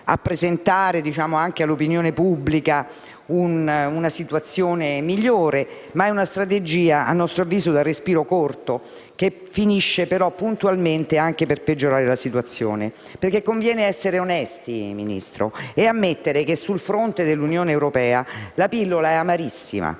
a presentare all'opinione pubblica una situazione migliore, ma a nostro avviso è una strategia dal respiro corto, che finisce puntualmente per peggiorare la situazione. Conviene essere onesti, signor Ministro, e ammettere che, sul fronte dell'Unione europea, la pillola è amarissima.